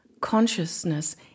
consciousness